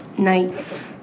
nights